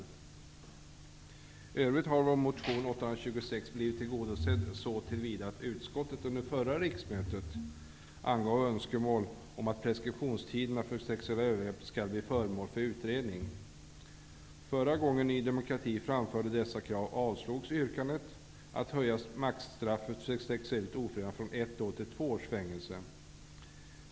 I övrigt har vår motion Ju826 blivit tillgodosedd så till vida att utskottet under förra riksmötet angav önskemål om att preskriptionstiderna för sexuella övergrepp skall bli föremål för utredning. Förra gången Ny demokrati framförde dessa krav avslogs yrkandet att höja maxstraffet för sexuellt ofredande från 1 års till 2 års fängelse.